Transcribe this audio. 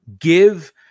give